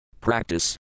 Practice